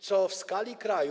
Co w skali kraju.